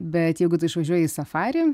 bet jeigu tu išvažiuoji safari